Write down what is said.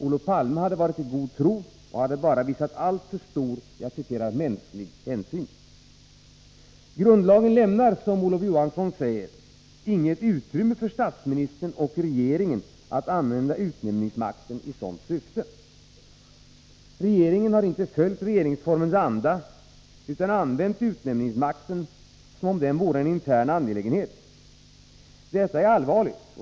Olof Palme hade varit i god tro och hade bara visat alltför stor ”mänsklig hänsyn”. Grundlagen lämnar — som Olof Johansson sade — inget utrymme för statsministern och regeringen att använda utnämningsmakten i sådant syfte. Regeringen har inte följt regeringsformens anda, utan använt utnämningsmakten som om den vore en intern angelägenhet. Detta är allvarligt.